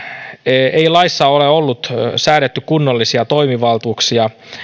ei laissa ole ollut säädettyinä kunnollisia toimivaltuuksia